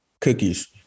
cookies